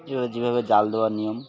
এ বার যে ভাবে জাল দেওয়ার নিয়ম